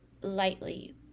lightly